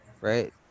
Right